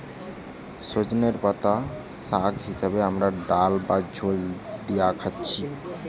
সজনের পাতা শাগ হিসাবে আমরা ডাল বা ঝোলে দিয়ে খাচ্ছি